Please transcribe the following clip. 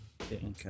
Okay